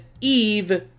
Eve